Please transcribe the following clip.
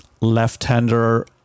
left-hander